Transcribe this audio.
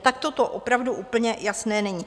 Takto to opravdu úplně jasné není.